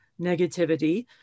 negativity